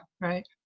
Right